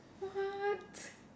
what